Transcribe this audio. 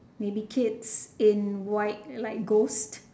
maybe kids in white like ghosts